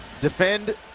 defend